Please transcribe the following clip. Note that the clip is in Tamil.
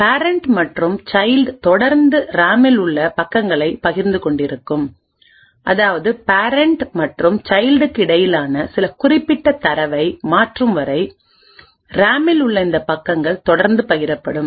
பேரண்ட் மற்றும் சைல்ட் தொடர்ந்து ரேமில் உள்ள பக்கங்களை பகிர்ந்து கொண்டிருக்கும் அதாவது பேரண்ட் மற்றும் சைல்டுக்கு இடையிலான சில குறிப்பிட்ட தரவை மாற்றும் வரை ரேமில் உள்ள இந்த பக்கங்கள் தொடர்ந்து பகிரப்படும்